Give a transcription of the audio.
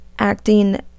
acting